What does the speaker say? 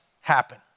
happen